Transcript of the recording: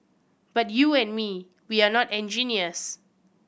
but you and me we're not engineers